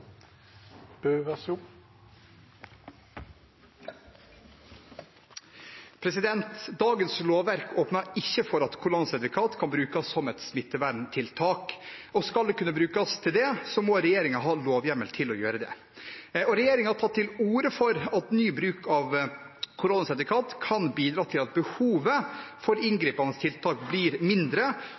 Dagens lovverk åpner ikke for at koronasertifikat kan brukes som et smitteverntiltak. Skal det kunne brukes som det, må regjeringen ha lovhjemmel til å gjøre det. Regjeringen har tatt til orde for at ny bruk av koronasertifikat kan bidra til at behovet for inngripende tiltak blir mindre,